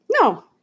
No